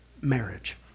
marriage